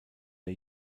der